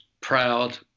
proud